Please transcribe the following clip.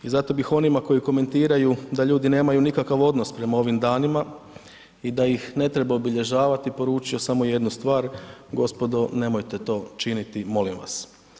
I zato bih onima koji komentiraju da ljudi nemaju nikakav odnos prema ovim danima i da ih ne treba obilježavati, poručio samo jednu stvar, gospodo, nemojte to činiti, molim vas.